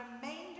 remainder